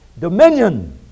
dominion